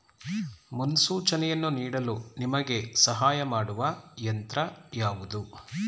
ಮುನ್ಸೂಚನೆಯನ್ನು ನೀಡಲು ನಿಮಗೆ ಸಹಾಯ ಮಾಡುವ ಯಂತ್ರ ಯಾವುದು?